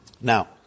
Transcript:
Now